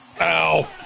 Ow